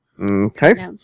Okay